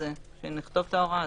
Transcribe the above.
כשנכתוב את ההוראה,